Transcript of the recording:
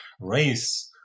race